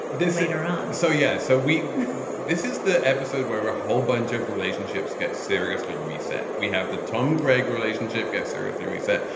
later on so yeah. so we this is the episode where a whole bunch of relationships get seriously reset. we have the tom greg relationship get seriously reset.